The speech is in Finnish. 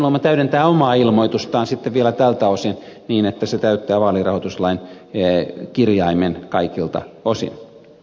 heinäluoma täydentää omaa ilmoitustaan sitten vielä tältä osin niin että se täyttää vaalirahoituslain kirjaimen kaikilta osin